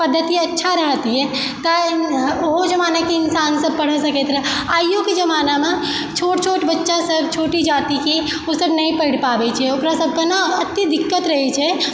पद्धति अच्छा रहतियै तऽ ओहो जमानाके इंसान सब पढ़ऽ सकैत रहय आइयोके जमानामे छोट छोट बच्चा सब छोटी जातिके ओसभ नहि पढ़ि पाबय छै ओकरा सबके ने अते दिक्कत रहय छै